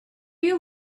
you